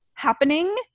happening